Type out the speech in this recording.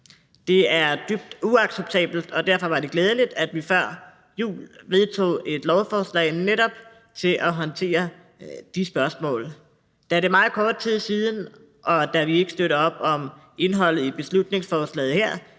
Det er helt uacceptabelt. Det er derfor glædeligt, at vi før jul vedtog et lovforslag for netop at kunne håndtere noget sådant. Da det er meget kort tid siden, og da vi ikke støtter op om indholdet i beslutningsforslaget her,